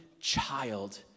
child